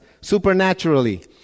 supernaturally